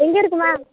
எங்கே இருக்குது மேம்